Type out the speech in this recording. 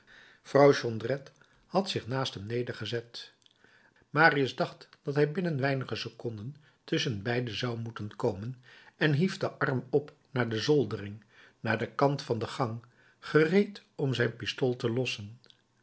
vrouw jondrette had zich naast hem nedergezet marius dacht dat hij binnen weinige seconden tusschenbeide zou moeten komen en hief den arm op naar de zoldering naar den kant van de gang gereed om zijn pistool te lossen